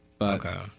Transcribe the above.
Okay